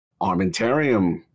armentarium